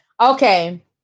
Okay